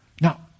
Now